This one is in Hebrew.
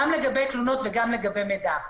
גם לגבי תלונות וגם לגבי מידע.